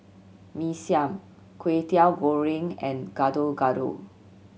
Mee Siam Kway Teow Goreng and Gado Gado